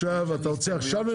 עברו.